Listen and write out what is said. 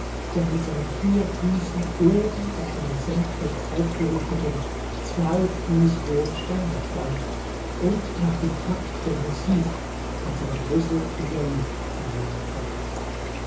der mit seinen vier füßen oben auf einem senkrecht aufgerichteten zwei fuß hohen ständer stand und nach dem takt der musik mit seinem rüssel in der luft